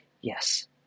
yes